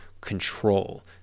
control